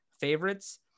favorites